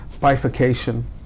bifurcation